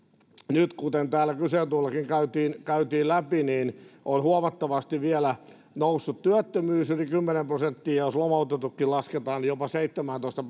nyt kuten täällä kyselytunnillakin käytiin käytiin läpi on huomattavasti vielä noussut työttömyys yli kymmeneen prosenttiin ja jos lomautetutkin lasketaan niin jopa seitsemääntoista